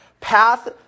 path